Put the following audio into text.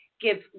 give